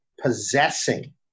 possessing